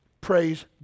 Praise